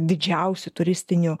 didžiausių turistinių